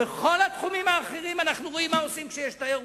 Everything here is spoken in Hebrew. בכל התחומים האחרים אנחנו רואים מה עושים כשיש תיירות,